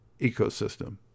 ecosystem